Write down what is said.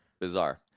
Bizarre